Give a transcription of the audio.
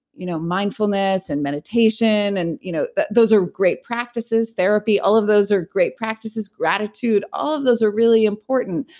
you know mindfulness and meditation, and you know but those are great practices therapy, all of those are great practices, gratitude, all of those are really important.